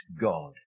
God